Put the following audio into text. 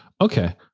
Okay